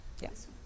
Yes